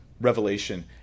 Revelation